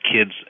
Kids